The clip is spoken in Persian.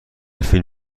فیلم